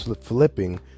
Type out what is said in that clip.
flipping